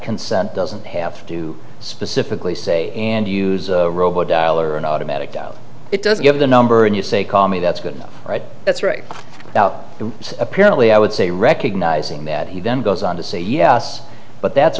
consent doesn't have to specifically say and use a robot dial or an automatic out it doesn't give the number and you say call me that's good enough right that's right about the apparently i would say recognizing that he then goes on to say yes but that's